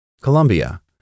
Colombia